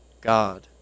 God